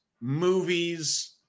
movies